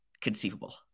conceivable